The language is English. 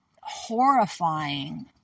horrifying